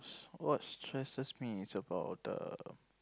what stresses me is about the